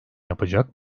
yapacak